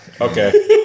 Okay